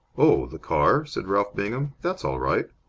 oh, the car? said ralph bingham. that's all right.